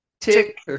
Tick